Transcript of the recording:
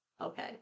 Okay